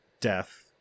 death